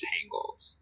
Tangled